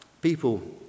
People